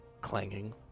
clanging